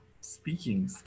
speaking